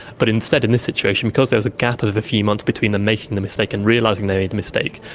but instead, in this situation, because there was a gap of a few months between the making of the mistake and realising they made the mistake,